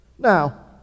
Now